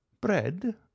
bread